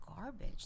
garbage